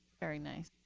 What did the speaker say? very nice.